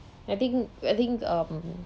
I think I think um